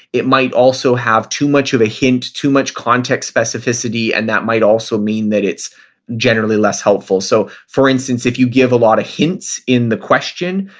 it might also have too much of a hint, too much context specificity and that might also mean that it's generally less helpful. so for instance, if you give a lot of hints in the question,